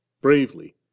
bravely